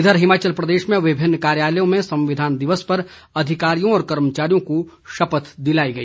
इधर हिमाचल प्रदेश में विभिन्न कार्यालयों में संविधान दिवस पर अधिकारियों व कर्मचारियों को शपथ दिलाई गई